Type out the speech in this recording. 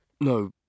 no